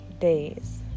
days